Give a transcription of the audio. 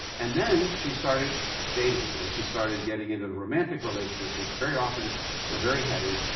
and then, she started dating and she started getting into romantic relationships which very often were very heady.